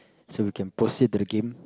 so we can proceed to the game